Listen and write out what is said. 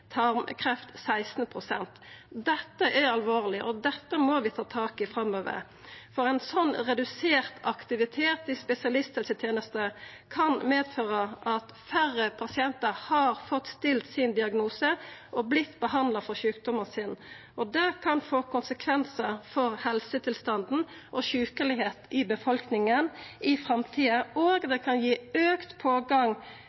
tarmkreft 16 pst. Dette er alvorleg, og dette må vi ta tak i framover, for ein sånn redusert aktivitet i spesialisthelsetenesta kan medføra at færre pasientar har fått stilt sin diagnose og vorte behandla for sjukdomen sin. Det kan få konsekvensar for helsetilstanden og sjukelegheit i befolkninga i framtida, og